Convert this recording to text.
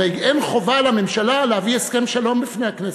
הרי אין חובה לממשלה להביא הסכם שלום בפני הכנסת.